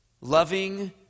loving